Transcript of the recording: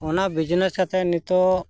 ᱚᱱᱟ ᱵᱤᱡᱽᱱᱮᱥ ᱠᱟᱛᱮᱫ ᱱᱤᱛᱳᱜ